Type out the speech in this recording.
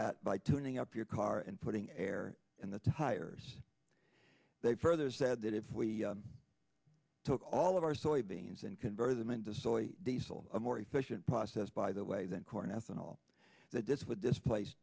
that by tuning up your car and putting air in the tires they further said that if we took all of our soybeans and convert them into soy diesel a more efficient process by the way than corn ethanol that this with this place